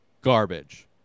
garbage